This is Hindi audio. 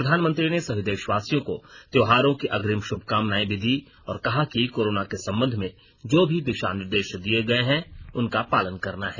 प्रधानमंत्री ने सभी देशवासियों को त्योहारों की अग्रिम शुभकामनायें भी दी और कहा कि कोरोना के सम्बन्ध में जो भी दिशा निर्देश दिये गए हैं उनका पालन करना है